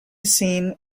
seen